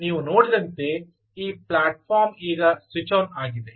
ನೀವು ನೋಡಿದಂತೆ ಈ ಪ್ಲಾಟ್ಫಾರ್ಮ್ ಈಗ ಸ್ವಿಚ್ ಆನ್ ಆಗಿದೆ